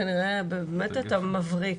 כנראה שבאמת אתה מבריק.